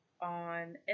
on